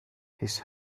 his